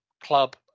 club